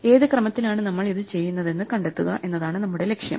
ഏത് ക്രമത്തിലാണ് നമ്മൾ ഇത് ചെയ്യുന്നതെന്ന് കണ്ടെത്തുക എന്നതാണ് നമ്മുടെ ലക്ഷ്യം